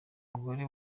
umugore